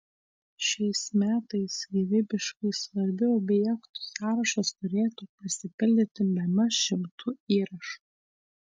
šiais metais gyvybiškai svarbių objektų sąrašas turėtų pasipildyti bemaž šimtu įrašų